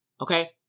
Okay